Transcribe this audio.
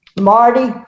Marty